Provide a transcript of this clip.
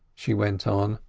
she went on,